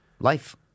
life